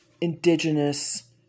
indigenous